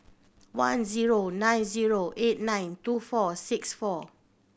one zero nine zero eight nine two four six four